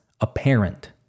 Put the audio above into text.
apparent